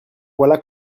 voilà